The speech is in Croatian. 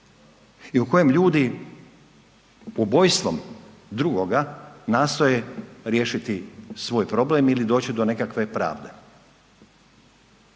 i u kojem ljudi ubojstvom drugoga nastoje riješiti svoj problem ili doći do nekakve pravde